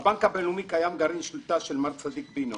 בבנק הבינלאומי קיים גרעין שליטה של מר צדיק בינו.